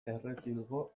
errezilgo